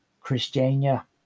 Christiania